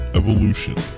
evolution